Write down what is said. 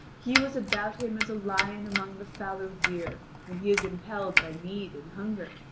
he was about him as a lion among the fallow deer, when he is impelled by need and hunger.